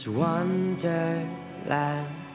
wonderland